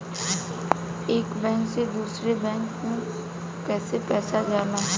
एक बैंक से दूसरे बैंक में कैसे पैसा जाला?